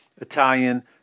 Italian